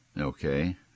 Okay